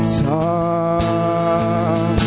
talk